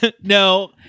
No